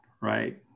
Right